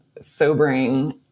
sobering